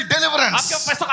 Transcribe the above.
deliverance